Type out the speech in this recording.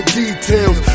details